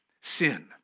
sin